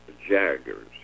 Jaggers